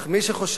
אך מי שחושב